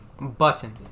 Button